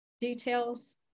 details